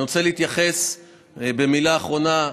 אני רוצה להתייחס במילה אחרונה,